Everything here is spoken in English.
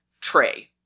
tray